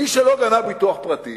מי שלא קנה ביטוח פרטי